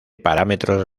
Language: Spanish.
parámetros